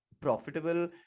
profitable